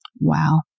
Wow